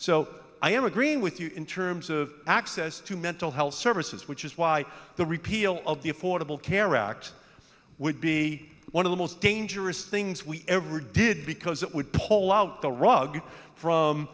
so i am agreeing with you in terms of access to mental health services which is why the repeal of the affordable care act would be one of the most dangerous things we ever did because it would pull out the rug from